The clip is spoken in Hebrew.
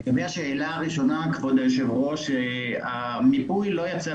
לגבי השאלה הראשונה כבוד היושב-ראש, חמשת